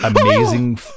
amazing